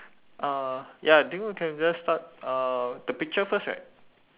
uh ya I think we can just start uh the picture first right